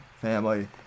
family